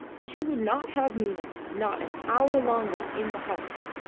she would not have nina not an hour longer in the house.